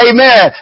Amen